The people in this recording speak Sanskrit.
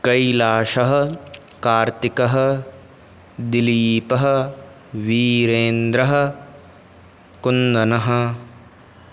कैलाशः कार्त्तिकः दिलीपः विरेन्द्रः कुन्दनः